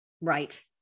right